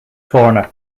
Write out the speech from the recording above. corner